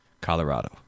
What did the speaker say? Colorado